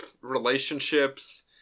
relationships